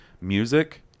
music